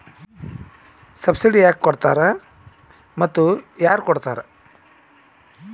Subsidy ಯಾಕೆ ಕೊಡ್ತಾರ ಮತ್ತು ಯಾರ್ ಕೊಡ್ತಾರ್?